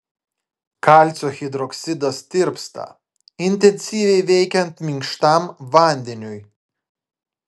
kalcio hidroksidas tirpsta intensyviai veikiant minkštam vandeniui